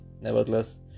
Nevertheless